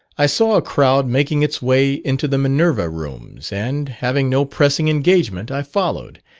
i saw a crowd making its way into the minerva rooms, and, having no pressing engagement, i followed,